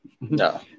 No